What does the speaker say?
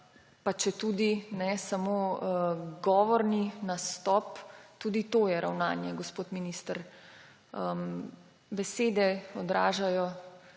pa četudi samo govorni nastop, tudi to je ravnanje, gospod minister. Besede odražajo